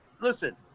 Listen